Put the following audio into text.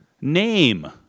Name